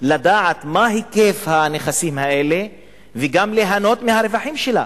לדעת מה היקף הנכסים האלה וגם ליהנות מהרווחים שלה.